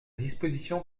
disposition